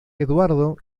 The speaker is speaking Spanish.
eduardo